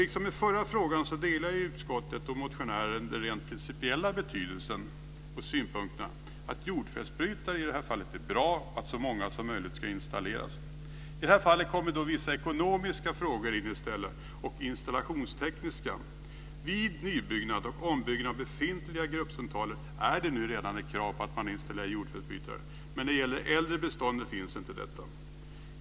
Liksom i förra frågan delar utskottet och motionären den rent principiella synpunkten att jordfelsbrytare är bra och att så många som möjligt ska installeras. I detta fall kommer dock vissa ekonomiska och installationstekniska frågor in. Vid nybyggnad och ombyggnad av befintliga gruppcentraler är det redan krav på att installera jordfelsbrytare, men när det gäller äldre bestånd finns inte detta.